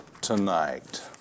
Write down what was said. tonight